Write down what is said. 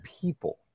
people